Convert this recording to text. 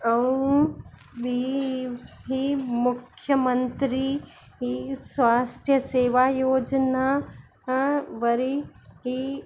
ऐं ॿी ॿी मुख्य मंत्री ई स्वास्थ्य सेवा योजना आं वरी ई